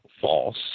false